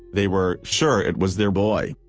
they were sure it was their boy.